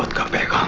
come, yeah come,